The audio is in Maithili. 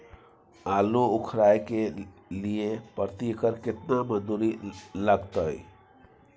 आलू उखारय के लिये प्रति एकर केतना मजदूरी लागते?